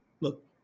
look